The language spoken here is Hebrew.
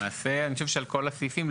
למעשה על כל הסעיפים,